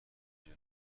جلو